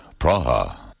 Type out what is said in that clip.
Praha